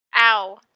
Ow